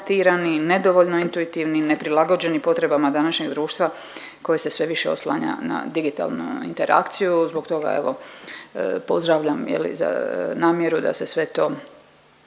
nedovoljno intuitivni, neprilagođeni potrebama današnjeg društva koje se sve više oslanja na digitalnu interakciju. Zbog toga evo pozdravljam je li namjeru da se sve to